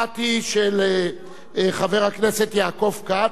אחת היא של חבר הכנסת יעקב כץ,